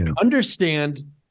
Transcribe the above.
Understand